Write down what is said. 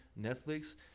Netflix